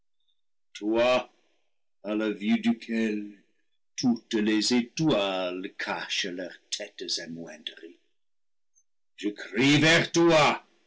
toi à la vue duquel toutes les étoiles cachent leurs têtes amoindries je crie vers toi